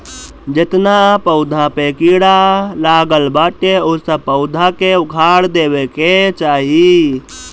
जेतना पौधा पे कीड़ा लागल बाटे उ सब पौधा के उखाड़ देवे के चाही